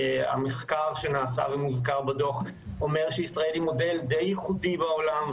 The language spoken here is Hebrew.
המחקר שנעשה ומוזכר בדוח אומר שישראל היא מודל די ייחודי בעולם,